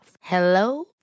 Hello